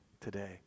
today